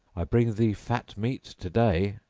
i bring thee fat meat today.